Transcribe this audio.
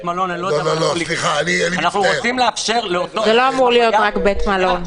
המלון --- זה לא אמור להיות רק בית מלון.